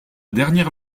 dernière